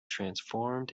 transformed